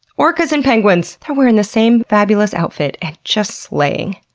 orcas and penguins they're wearing the same fabulous outfit and just slaying!